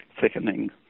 thickening